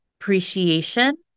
appreciation